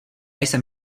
jsem